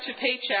paycheck